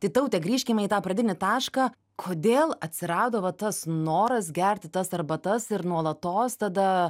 tai taute grįžkime į tą pradinį tašką kodėl atsirado va tas noras gerti tas arbatas ir nuolatos tada